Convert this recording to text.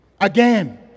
Again